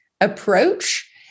approach